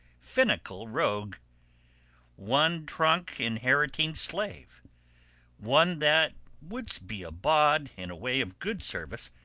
finical rogue one-trunk-inheriting slave one that wouldst be a bawd in way of good service,